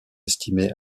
estimée